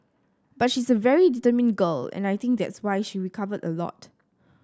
but she's a very determined girl and I think that's why she recovered a lot